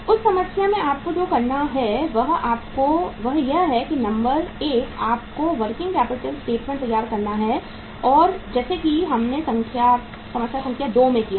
उस समस्या में आपको जो करना है वह आपको वह यह है कि नंबर एक आपको वर्किंग कैपिटल स्टेटमेंट तैयार करना है जैसे कि हमने समस्या संख्या 2 में किया है